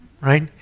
right